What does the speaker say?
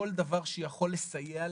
כל דבר שיכול לסייע להם.